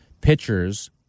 pitchers